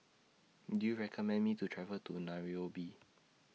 Do YOU recommend Me to travel to Nairobi